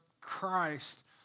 Christ